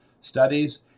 studies